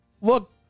Look